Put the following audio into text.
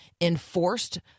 enforced